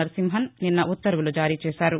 నరసింహన్ నిన్న ఉత్తర్వులు జారీ చేశారు